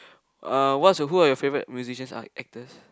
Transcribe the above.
uh what's your who are your favourite musicians are actors